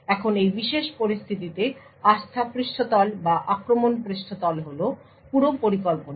এখন এই বিশেষ পরিস্থিতিতে আস্থা পৃষ্ঠতল বা আক্রমণ পৃষ্ঠতল হল পুরো পরিকল্পনা